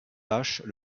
tâches